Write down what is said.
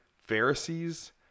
Pharisees